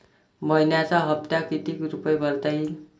मइन्याचा हप्ता कितीक रुपये भरता येईल?